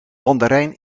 mandarijn